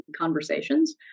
conversations